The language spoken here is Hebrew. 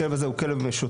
הכלב הזה הוא כלב משוטט.